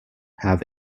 have